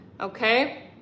okay